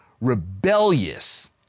rebellious